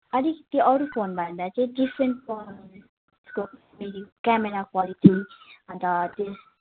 अलिकति अरू फोनभन्दा चाहिँ डिफरेन्ट पाउनुहुन्छ त्यसको क्यामेरा क्वालिटी अन्त